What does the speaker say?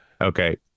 Okay